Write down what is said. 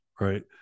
right